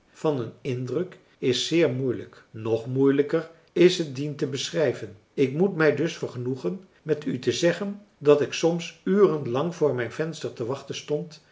van een indruk is zeer moeilijk nog moeilijker is t dien te beschrijven ik moet mij dus vergenoegen met u te zeggen dat ik soms uren lang voor mijn venster te wachten stond